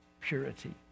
purity